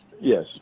Yes